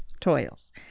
toils